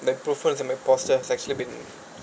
they've proven that my posture it's actually been